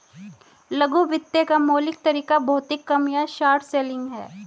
लघु वित्त का मौलिक तरीका भौतिक कम या शॉर्ट सेलिंग है